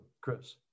Chris